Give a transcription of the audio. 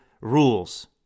rules